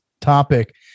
topic